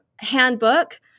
handbook